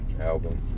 album